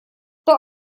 but